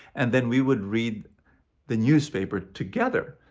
and then we would read the newspaper together.